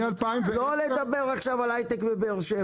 לא לדבר עכשיו על הייטק בבאר שבע.